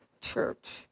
Church